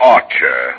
Archer